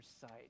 sight